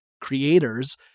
creators